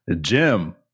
Jim